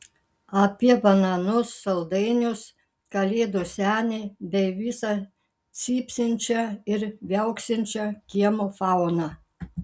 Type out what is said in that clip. apie bananus saldainius kalėdų senį bei visą cypsinčią ar viauksinčią kiemo fauną